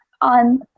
on